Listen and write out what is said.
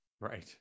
right